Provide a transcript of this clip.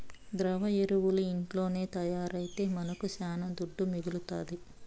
ద్రవ ఎరువులు ఇంట్లోనే తయారైతే మనకు శానా దుడ్డు మిగలుతాది